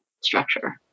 structure